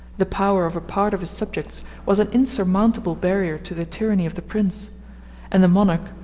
the power of a part of his subjects was an insurmountable barrier to the tyranny of the prince and the monarch,